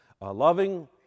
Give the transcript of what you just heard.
Loving